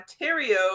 Ontario